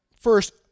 First